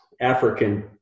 African